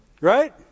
Right